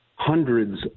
hundreds